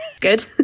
Good